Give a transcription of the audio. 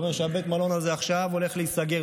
זה אומר שבית המלון הזה עכשיו הולך להיסגר